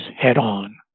head-on